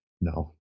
No